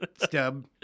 stub